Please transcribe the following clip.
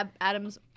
adam's